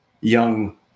young